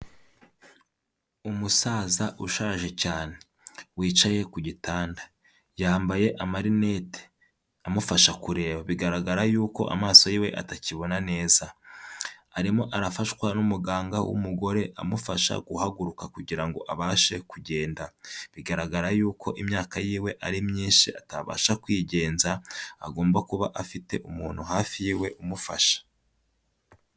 Umusaza ushaje cyane wicaye ku gitanda, yambaye amarinete amufasha kureba, bigaragara yuko amaso y'iwe atakibona neza, arimo arafashwa n'umuganga w'umugore amufasha guhaguruka kugira ngo abashe kugenda, bigaragara yuko imyaka y'iwe ari myinshi atabasha kwigenza, agomba kuba afite umuntu hafi y'iwe umufasha.